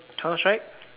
Counterstrike